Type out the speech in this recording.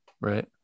right